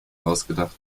ausgedacht